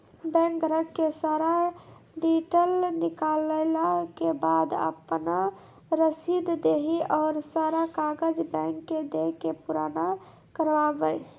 Bank ग्राहक के सारा डीटेल निकालैला के बाद आपन रसीद देहि और सारा कागज बैंक के दे के पुराना करावे?